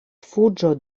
fuĝo